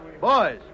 Boys